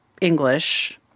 English